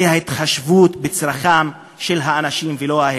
זה ההתחשבות בצורכיהם של האנשים, ולא ההפך.